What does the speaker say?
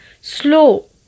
slow